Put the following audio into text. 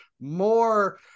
more